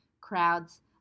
crowds